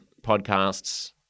podcasts